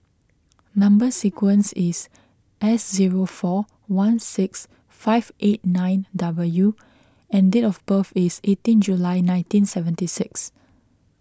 Number Sequence is S zero four one six five eight nine W and date of birth is eighteen July nineteen seventy six